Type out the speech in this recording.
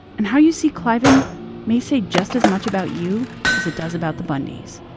and how you see cliven may say just as much about you as it does about the bundys.